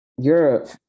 Europe